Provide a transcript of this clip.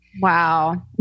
wow